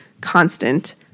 Constant